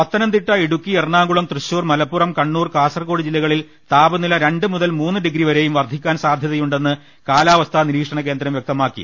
പത്തനംതിട്ട ഇടുക്കി എറണാകുളം തൃശൂർ മലപ്പുറം കണ്ണൂർ കാസർകോട് ജില്ലകളിൽ താപനില രണ്ട് മുതൽ മൂന്ന് ഡി ഗ്രി വരെയും വർധിക്കാൻ സാധ്യതയുണ്ടെന്ന് കാലാവസ്ഥാ നിരീ ക്ഷണ കേന്ദ്രം വ്യക്തമാക്കി